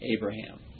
Abraham